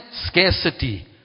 scarcity